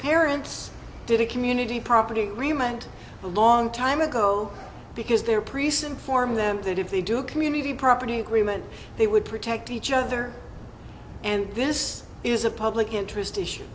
parents did a community property remained a long time ago because their precint form them that if they do community property agreement they would protect each other and this is a public interest issue